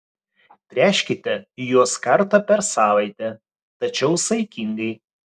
tręškite juos kartą per savaitę tačiau saikingai